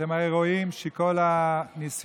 אתם הרי רואים שכל הניסיונות